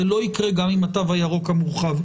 זה לא יקרה גם עם התו הירוק המורחב.